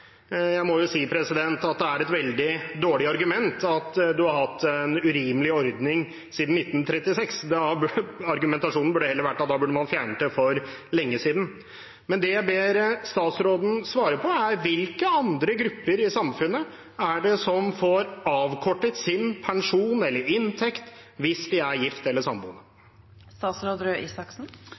Jeg må jo si at det er et veldig dårlig argument at man har hatt en urimelig ordning siden 1936. Argumentasjonen burde heller vært at da burde man fjernet den for lenge siden. Men det jeg ber statsråden svare på, er: Hvilke andre grupper i samfunnet er det som får avkortet sin pensjon eller inntekt hvis de er gift eller